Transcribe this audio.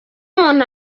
umuntu